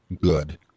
good